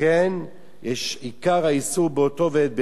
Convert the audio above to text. לכן, עיקר האיסור ב"אותו ואת בנו"